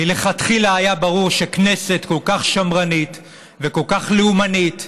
מלכתחילה היה ברור שכנסת כל כך שמרנית וכל כך לאומנית,